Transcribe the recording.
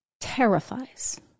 terrifies